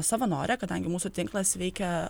savanorė kadangi mūsų tinklas veikia